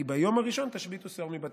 כי ביום הראשון תשביתו שאור מבתיכם.